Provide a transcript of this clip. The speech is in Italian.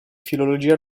filologia